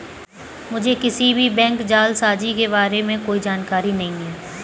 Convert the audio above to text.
मुझें किसी भी बैंक जालसाजी के बारें में कोई जानकारी नहीं है